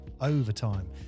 overtime